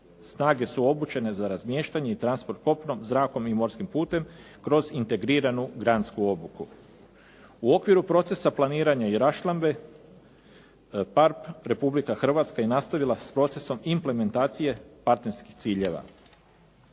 Snage su obučene za razmještanje i transfer kopnom, zrakom i morskim putem kroz integriranu gransku obuku. U okviru procesa planiranja i raščlambe PARP Republika Hrvatska je nastavila s procesom implementacije partnerskih ciljeva.